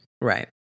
Right